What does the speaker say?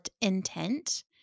intent